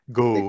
go